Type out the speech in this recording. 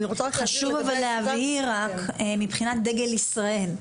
אני רוצה לשוב ולהבהיר מבחינת דגל ישראל,